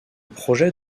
projet